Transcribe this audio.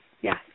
yes